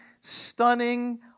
stunning